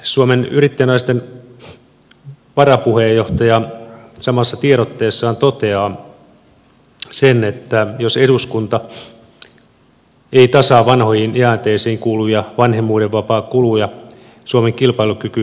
suomen yrittäjänaisten varapuheenjohtaja samassa tiedotteessaan toteaa sen että jos eduskunta ei tasaa vanhoihin jäänteisiin kuuluvia vanhemmuudenvapaakuluja suomen kilpailukyky romahtaa